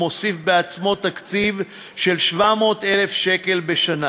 מוסיף בעצמו תקציב של 700,000 שקל בשנה.